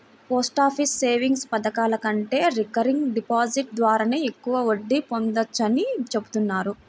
post office savings పథకాల కంటే recurring deposit ద్వారానే ఎక్కువ వడ్డీ పొందవచ్చని చెబుతున్నారు